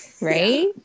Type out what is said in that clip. right